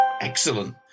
excellent